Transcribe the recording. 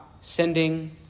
Sending